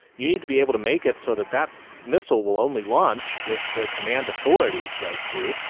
you need to be able to make it so that that missile will only launch if the command authority says to,